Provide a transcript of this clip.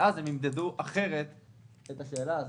ואז הן ימדדו אחרת את השאלה הזו.